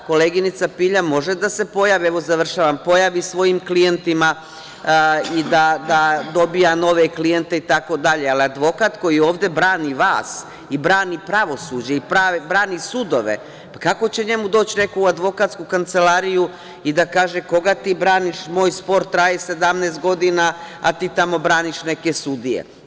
Koleginica Pilja može da se pojavi svojim klijentima i da dobija nove klijente, i tako dalje, ali advokat koji ovde brani vas i brani pravosuđe, brani sudove, pa kako će njemu doći neko u advokatsku kancelariju i da kaže - koga ti braniš, moj spor traje 17 godina, a ti tamo braniš neke sudije.